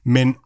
Men